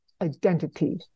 identity